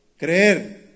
creer